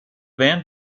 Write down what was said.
band